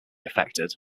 affected